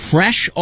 Fresh